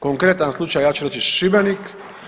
Konkretan slučaj ja ću reći Šibenik.